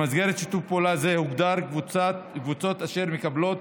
במסגרת שיתוף פעולה זה הוגדרו קבוצות אשר מקבלות